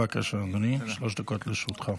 בבקשה, אדוני, שלוש דקות לרשותך.